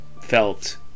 felt